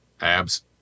Abs